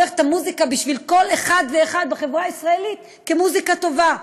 הופך את המוזיקה בשביל כל אחד ואחד בחברה הישראלית למוזיקה טובה.